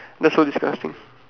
that's so disgusting